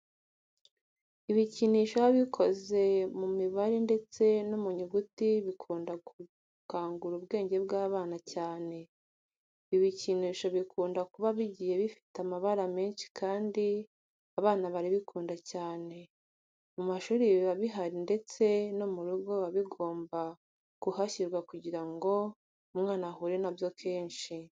Ibikinisho biba bikoze mu mibare ndetse no mu nyuguti bikunda gukangura ubwenge bw'abana cyane. Ibi bikinisho bikunda kuba bigiye bifite amabara menshi kandi abana barabikunda cyane. Mu mashuri biba bihari ndetse no mu rugo biba bigomba kuhashyirwa kugira ngo umwana ahure na byo kenshi.